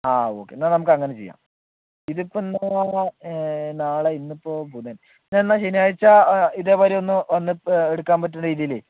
ആ ഓക്കേ എന്നാൽ നമുക്ക് അങ്ങനെ ചെയ്യാം ഇതിപ്പോൾ ഇന്ന് നാളെ ഇന്നിപ്പൊൾ ബുധൻ ഞാനെന്നാൽ ശനിയാഴ്ച ഇതേമാരിയൊന്നു വന്നു എടുക്കാൻ പറ്റുന്ന രീതിൽ